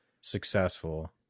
successful